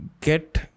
get